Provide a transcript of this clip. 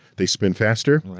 they spin faster? right.